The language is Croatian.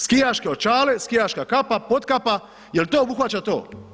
Skijaške očale, skijaška kapa, potkapa, jel to obuhvaća to?